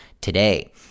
today